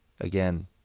Again